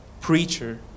preacher